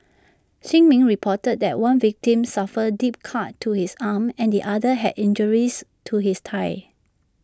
shin min reported that one victim suffered deep cuts to his arm and the other had injuries to his thigh